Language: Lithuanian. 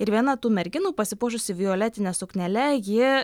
ir viena tų merginų pasipuošusi violetine suknele ji